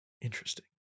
Interesting